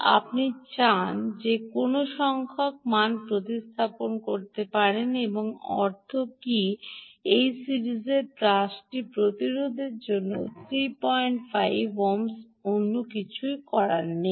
আপনি যদি চান তবে যে কোনও সংখ্যক মান প্রতিস্থাপন করতে পারবেন এর অর্থ কী এই সিরিজ পাসটির প্রতিরোধের 34 ওহম অন্য কিছুই নেই